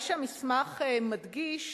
מה שהמסמך מדגיש,